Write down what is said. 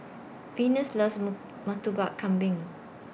Venus loves Murtabak Kambing